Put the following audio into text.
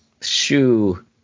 shoe